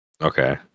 Okay